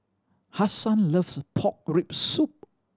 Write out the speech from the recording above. Hasan loves pork rib soup